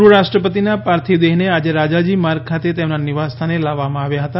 પૂર્વ રાષ્ટ્રપતિના પાર્થિવ દેહને આજે રાજાજી માર્ગ ખાતે તેમના નિવાસ સ્થાને લાવવામાં આવ્યા હતા